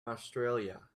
australia